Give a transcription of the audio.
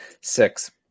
Six